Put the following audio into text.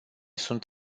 sunt